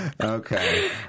Okay